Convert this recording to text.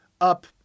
up